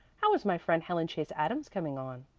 how is my friend helen chase adams coming on?